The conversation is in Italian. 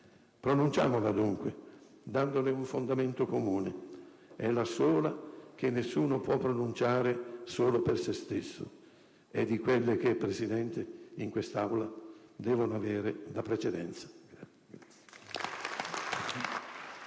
Pronunciamola, dunque, dandole un fondamento comune: è la sola che nessuno può pronunciare solo per se stesso, ed è di quelle che, signor Presidente, in quest'Aula devono avere la precedenza. *(Vivi,